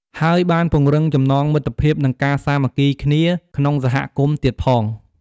ហើយបានពង្រឹងចំណងមិត្តភាព និងការសាមគ្គីគ្នាក្នុងសហគមន៍ទៀតផង។